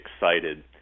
excited